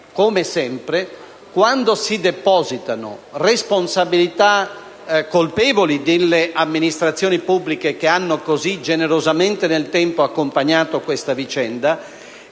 come sempre - quando si depositano responsabilità colpevoli delle amministrazioni pubbliche, che hanno così generosamente nel tempo accompagnato questa vicenda,